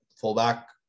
fullback